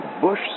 Bush